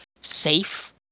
safe